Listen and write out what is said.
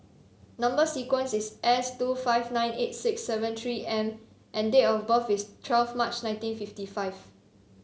number sequence is S two five nine eight six seven three M and date of birth is twelve March nineteen fifty five